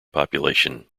population